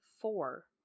four